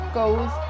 goes